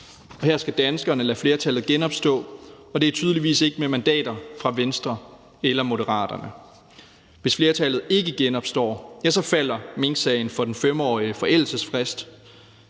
her skal danskerne lade flertallet genopstå, og det er tydeligvis ikke med mandater fra Venstre eller Moderaterne. Hvis flertallet ikke genopstår, ja, så falder minksagen for den 5-årige forældelsesfrist.